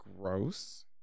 gross